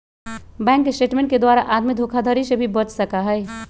bank statement के द्वारा आदमी धोखाधडी से भी बच सका हई